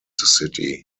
city